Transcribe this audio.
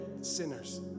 sinners